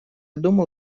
думал